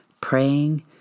praying